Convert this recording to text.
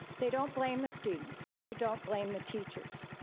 they don't blame the students. they don't blame the teachers,